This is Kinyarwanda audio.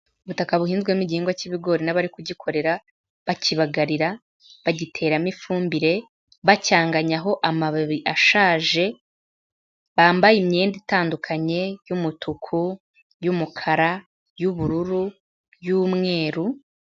Ubutaka buhinzwemo igihingwa cy'ibigori n'abari kugikorera. Bakibagarira, bagiteramo ifumbire, bacyanganyaho amababi ashaje. Bambaye imyenda itandukanye y'umutuku, y'umukara, y'ubururu, y'umweru.